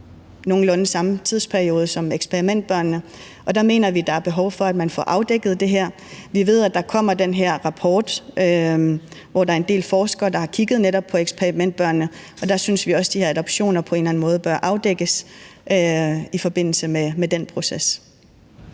fald har været på kant med loven. Og der mener vi, at der er behov for, at man får afdækket det her. Vi ved, at der kommer den her rapport, hvor der er en del forskere, der har kigget på netop eksperimentbørnene, og der synes vi også, er de her adoptioner på en eller anden måde bør afdækkes i forbindelse med den proces.